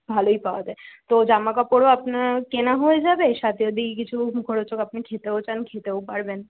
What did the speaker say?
ভালোই পাওয়া যায় তো জামা কাপড়ও আপনার কেনা হয় যাবে সাথে যদি কিছু মুখরোচক আপনি খেতেও চান খেতেও পারবেন